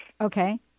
Okay